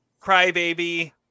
Crybaby